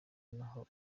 naho